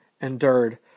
endured